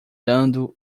dando